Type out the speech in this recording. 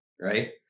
right